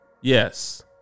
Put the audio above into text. Yes